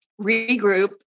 Regroup